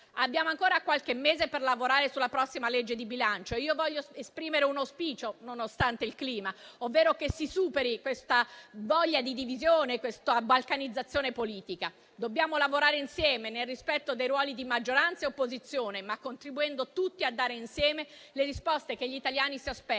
Abbiamo ancora qualche mese per lavorare sulla prossima legge di bilancio. Io voglio esprimere un auspicio nonostante il clima, ovvero che si superi questa voglia di divisione, questa balcanizzazione politica. Dobbiamo lavorare insieme nel rispetto dei ruoli di maggioranza e opposizione, contribuendo però tutti a dare le risposte che gli italiani si aspettano.